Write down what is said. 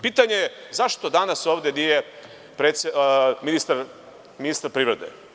Pitanje – zašto danas ovde nije ministar privrede?